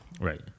right